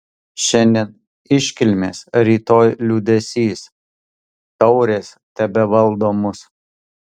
šiandien iškilmės rytoj liūdesys taurės tebevaldo mus